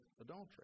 adultery